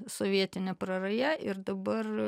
sovietinė praraja ir dabar